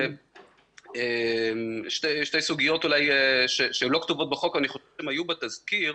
שתי סוגיות שלא כתובות בחוק ואני חושב שהן היו בתזכיר.